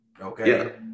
Okay